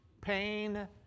pain